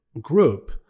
group